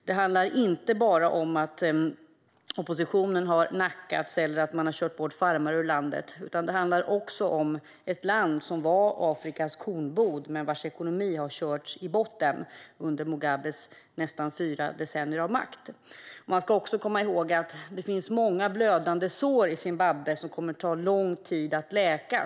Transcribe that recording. Det handlar inte heller bara om att oppositionen har nackats eller att man har kört bort farmare ur landet, utan det handlar också om ett land som var Afrikas kornbod men vars ekonomi har körts i botten under Mugabes nästan fyra decennier vid makten. Man ska även komma ihåg att det finns många blödande sår i Zimbabwe som kommer att ta lång tid att läka.